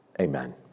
Amen